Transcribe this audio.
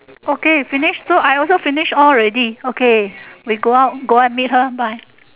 okay finish so I also finish all already okay we go out go out meet her bye